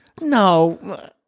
No